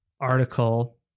article